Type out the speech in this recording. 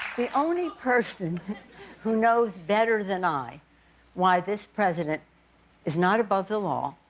the only person who knows better than i why this president is not above the law,